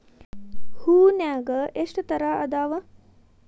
ಹೂನ್ಯಾಗ ಎಷ್ಟ ತರಾ ಅದಾವ್?